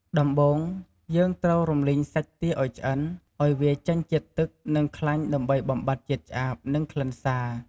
ដំបូង យើងត្រូវរំលីងសាច់ទាឱ្យឆ្អិន ឱ្យវាចេញជាតិទឹក និងខ្លាញ់ដើម្បីបំបាត់ជាតិឆ្អាប និងក្លិនសា។